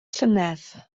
llynedd